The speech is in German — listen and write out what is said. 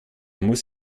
muss